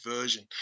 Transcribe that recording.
version